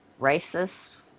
racist